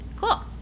Cool